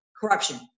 corruption